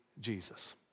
Jesus